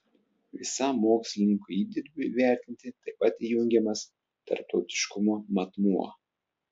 visam mokslininkų įdirbiui vertinti taip pat įjungiamas tarptautiškumo matmuo